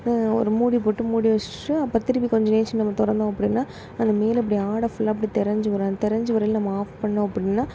ஒரு மூடி போட்டு மூடி வச்சுட்டு அப்போ திருப்பி கொஞ்சம் கழிச்சு நம்ம திறந்தோம் அப்படின்னா மேலே இப்படி ஆடை ஃபுல்லாக அப்படி தெரைஞ்சு வரும் அது தெரைஞ்ச வரையில் நம்ம ஆஃப் பண்ணிணோம் அப்படின்னா